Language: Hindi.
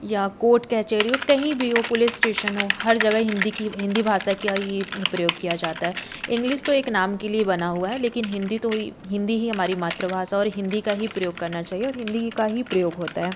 या कोट कचहरी हो कहीं भी हो पुलिस इस्टेशन हो हर जगह हिन्दी की ही हिन्दी भाषा का ही प्रयोग किया जाता है इंग्लिस तो एक नाम के लिए बना हुआ है लेकिन हिन्दी तो ही हिन्दी ही हमारी मातृभाषा है और हिन्दी का ही प्रयोग करना चाहिए और हिन्दी का ही प्रयोग होता है